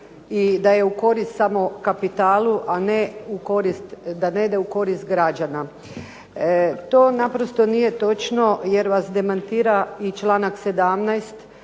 i da je u korist samo kapitalu, a da ne ide u korist građana. To naprosto nije točno jer vas demantira i članak 17.